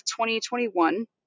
2021